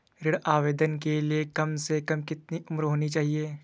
ऋण आवेदन के लिए कम से कम कितनी उम्र होनी चाहिए?